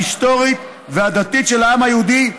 ההיסטורית והדתית של העם היהודי,